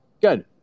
Good